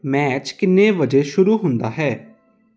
match ਕਿੰਨੇ ਵਜੇ ਸ਼ੁਰੂ ਹੁੰਦਾ ਹੈ